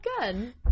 good